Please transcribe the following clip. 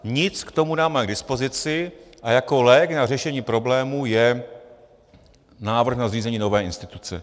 Nic k tomu nemáme k dispozici a jako lék na řešení problémů je návrh na zřízení nové instituce.